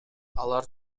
алар